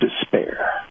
despair